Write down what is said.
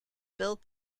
built